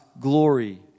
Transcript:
glory